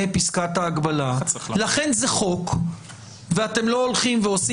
פסקת ההגבלה ולכן זה חוק ואתם לא הולכים ועושים